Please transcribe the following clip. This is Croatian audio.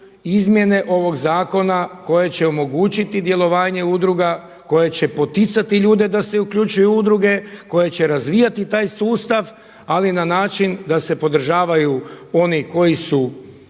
izmjene ovog zakona koje će omogućiti djelovanje udruga, koje će poticati ljude da se uključuju u udruge, koje će razvijati taj sustav ali na način da se podržavaju oni koji su